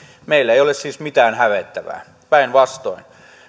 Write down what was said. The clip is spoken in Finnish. meillä ei ole siis mitään hävettävää päinvastoin